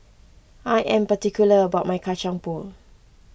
I am particular about my Kacang Pool